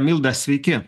milda sveiki